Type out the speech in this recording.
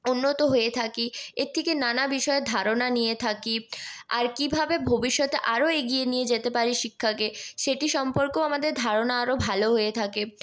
উন্নত হয়ে থাকি এর থেকে নানা বিষয়ের ধারণা নিয়ে থাকি আর কিভাবে ভবিষ্যতে আরও এগিয়ে নিয়ে যেতে পারি শিক্ষাকে সেটি সম্পর্কেও আমাদের ধারণা আরও ভালো হয়ে থাকে